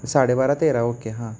साडे बारा तेरा ओके हां